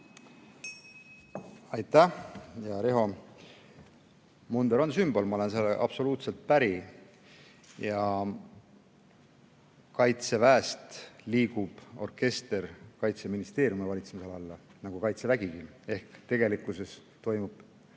Aitäh, hea Riho! Munder on sümbol, ma olen sellega absoluutselt päri. Ja Kaitseväest liigub orkester Kaitseministeeriumi valitsemisala alla, nagu on Kaitsevägigi. Ehk tegelikkuses toimub